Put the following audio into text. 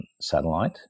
satellite